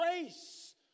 grace